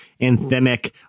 anthemic